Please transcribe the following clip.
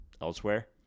Elsewhere